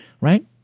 right